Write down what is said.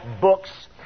books